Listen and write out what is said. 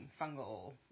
fungal